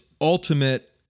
ultimate